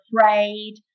afraid